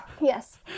Yes